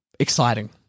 Exciting